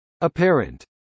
Apparent